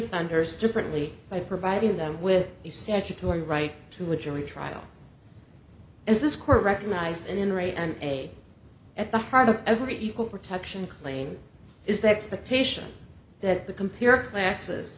offenders differently by providing them with the statutory right to a jury trial is this court recognized in rate and a at the heart of every equal protection claim is that the patient that the computer classes